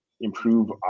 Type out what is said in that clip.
improve